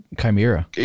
Chimera